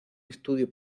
estudio